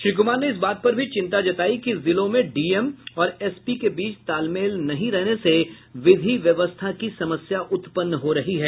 श्री कुमार ने इस बात पर भी चिंता जतायी कि जिलों में डीएम और एसपी के बीच तालमेल नहीं रहने से विधि व्यवस्था की समस्या उत्पन्न हो रही है